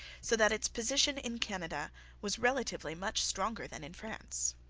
so that its position in canada was relatively much stronger than in france.